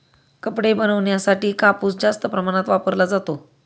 कपडे बनवण्यासाठी कापूस जास्त प्रमाणात वापरला जातो